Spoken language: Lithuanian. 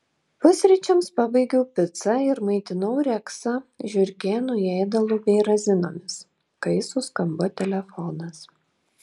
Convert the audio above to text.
pusryčiams pabaigiau picą ir maitinau reksą žiurkėnų ėdalu bei razinomis kai suskambo telefonas